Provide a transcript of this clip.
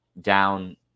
down